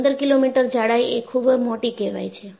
15 millimetre જાડાઈ એ ખૂબ મોટી કહેવાય છે